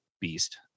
beast